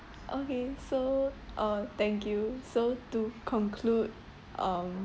okay so uh thank you so to conclude um